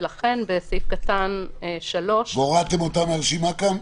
ולכן בסעיף קטן (3) --- והורדתם אותם מהרשימה כאן?